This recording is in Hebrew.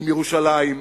עם ירושלים.